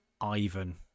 Ivan